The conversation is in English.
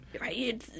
Right